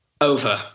Over